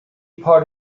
part